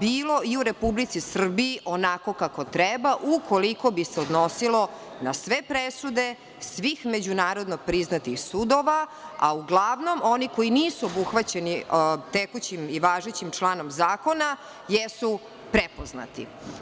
bilo i u Republici Srbiji, onako kako treba, u koliko bi se odnosilo na sve presude, svih međunarodno priznatih sudova, a uglavnom onih koji nisu obuhvaćeni tekućim i važećim članom zakona, jesu prepoznati.